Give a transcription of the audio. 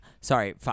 sorry